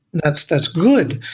that's that's good.